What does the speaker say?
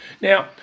Now